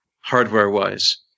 hardware-wise